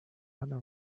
other